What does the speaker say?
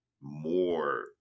more